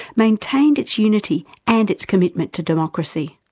maintained its unity and its commitment to democracy?